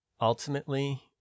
ultimately